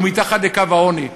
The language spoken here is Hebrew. הוא מתחת לקו העוני.